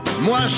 Moi